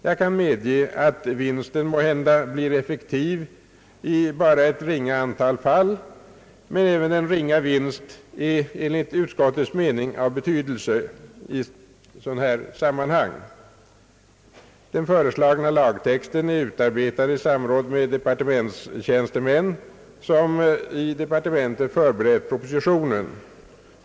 Jag kan medge, att vinsten måhända blir effektiv i endast ett ringa antal fall, men även en ringa vinst är enligt utskottets mening av betydelse i sådana här sammanhang. Den föreslagna lagtexten är utarbetad i samråd med departementstjänstemän, som i departementet förberett propositionen.